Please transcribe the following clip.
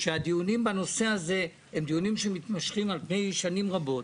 שהדיונים בנושא הזה הם דיונים שמתמשכים על פני שנים רבות.